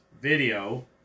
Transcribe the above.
video